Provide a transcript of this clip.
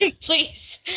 Please